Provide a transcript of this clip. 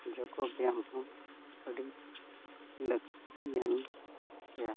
ᱡᱳᱜ ᱵᱮᱭᱟᱢ ᱦᱚᱸ ᱟᱹᱰᱤ ᱞᱟᱹᱠᱛᱤᱭᱟᱱ ᱜᱮᱭᱟ